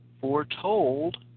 foretold